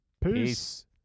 Peace